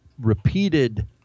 repeated